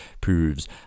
proves